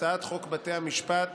הצעת חוק בתי המשפט